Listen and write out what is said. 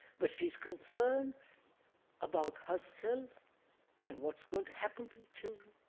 but she is concerned about herself and what is going to happen to the children,